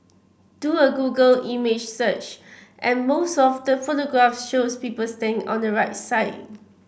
do a Google image search and most of the photographs shows people standing on the right side